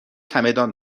چمدان